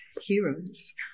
heroes